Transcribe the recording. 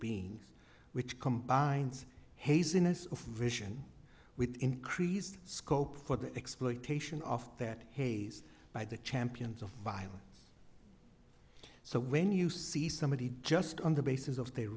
beings which combines haziness of vision with increased scope for the exploitation of that haze by the champions of violence so when you see somebody just on the basis of their